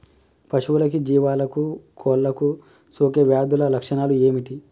పశువులకు జీవాలకు కోళ్ళకు సోకే వ్యాధుల లక్షణాలు ఏమిటి?